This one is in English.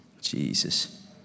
Jesus